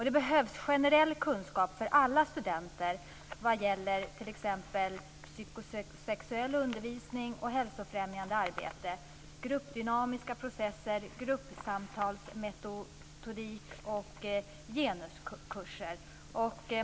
Det behövs generell kunskap för alla studenter vad gäller t.ex. psykosexuell undervisning, hälsofrämjande arbete, gruppdynamiska processer, gruppsamtalsmetodik och genuskurser.